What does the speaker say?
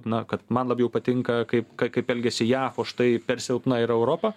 na kad man labiau patinka kaip kaip elgiasi jav o štai per silpna yra europa